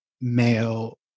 male